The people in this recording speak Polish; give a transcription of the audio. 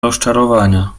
rozczarowania